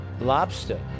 Lobster